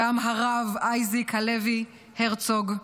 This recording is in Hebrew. גם הרב אייזיק הלוי הרצוג,